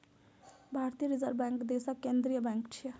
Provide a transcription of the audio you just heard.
भारतीय reserve bank देशक केंद्रीय बैंक छियै